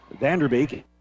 Vanderbeek